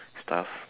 stuff